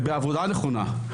בעבודה נכונה,